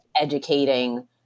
educating